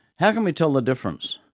how can we tell the difference,